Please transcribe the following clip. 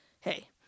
hey